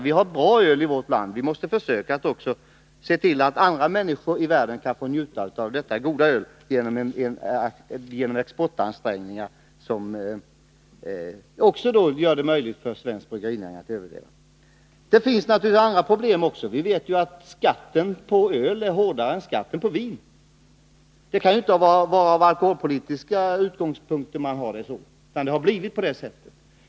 Vi har ett bra öl i vårt land och måste försöka se till att också andra människor i världen kan få njuta av detta goda öl. Vi måste göra ansträngningar till förmån för exporten, så att det blir möjligt för svensk bryggerinäring att överleva. Det finns naturligtvis andra problem också. Vi vet att skatten på öl är hårdare än skatten på vin. Det kan inte bero på alkoholpolitiska utgångspunkter, det har bara blivit på det sättet.